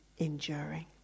enduring